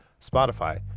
Spotify